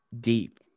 deep